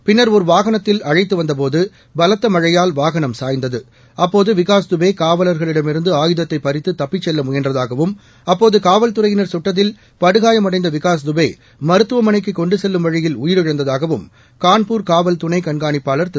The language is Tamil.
பின்னர் ஒரு வாகனத்தில் அழைத்து வந்தபோது பலத்த மழையால் வாகனம் சாய்ந்தது அப்போது விகாஸ் துபே காவலர்களிடமிருந்து ஆயுதத்தைப் பறித்து தப்பிச் செல்ல முயன்றதாகவும் அப்போது காவல்துறையினர் கட்டதில் படுகாயமடைந்த விகாஸ் துபே மருத்துவமனைக்கு கொண்டு செல்லும் வழியில் உயிரிழந்ததாகவும் கான்பூர் காவல் துணைக் கண்காணிப்பாளர் திரு